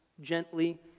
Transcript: gently